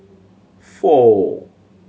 four